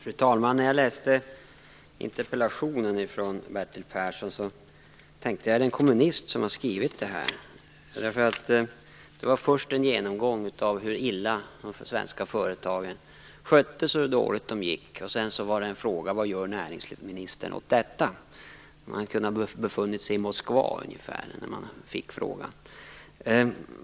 Fru talman! När jag läste interpellationen från Bertil Persson undrade jag om det var en kommunist som hade skrivit den. Först är det en genomgång av hur illa de svenska företagen skötts och hur dåligt de gått. Sedan kommer frågan: Vad gör näringsministern åt detta? Man skulle kunna tro att man befann sig i Moskva när man fick den frågan.